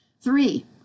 Three